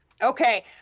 Okay